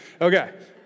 Okay